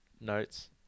Notes